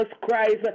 Christ